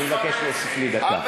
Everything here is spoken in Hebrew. אני מבקש להוסיף לי דקה.